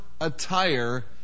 attire